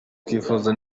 kwifubika